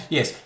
Yes